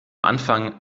anfang